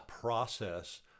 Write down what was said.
process